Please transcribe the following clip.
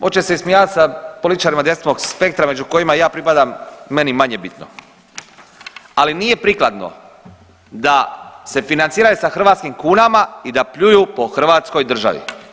Hoće se ismijavat sa političarima desnog spektra među kojima i ja pripadam meni manje bitno, ali nije prikladno da se financiraju sa hrvatskim kunama i da pljuju po Hrvatskoj državi.